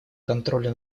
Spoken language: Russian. контролю